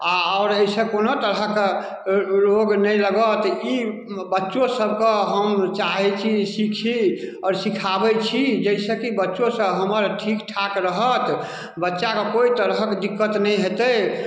आओर आओर अइसँ कोनो तरहक रोग नहि लागत ई बच्चो सबके हम चाहै छी सीखी आओर सीखाबै छी जैसँ की बच्चो सब हमर ठीक ठाक रहत बच्चाके कोइ तरहक दिक्कत नहि हेतै